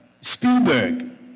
Spielberg